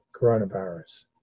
coronavirus